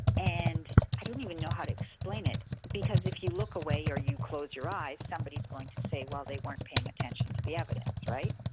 and i don't even know how to explain it, because if you look away or you close your eyes, somebody's going to say, well they weren't paying attention to the evidence.